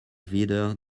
wieder